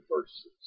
verses